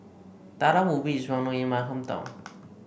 Talam Ubi is well known in my hometown